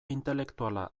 intelektuala